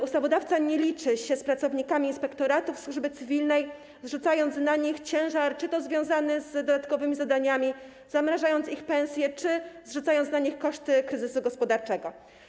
Ustawodawca nie liczy się z pracownikami inspektoratów należącymi do służby cywilnej, zrzucając na nich ciężar związany z dodatkowymi zadaniami, zamrażając im pensje czy zrzucając na nich koszty kryzysu gospodarczego.